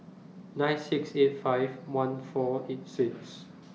nine six eight five one four eight six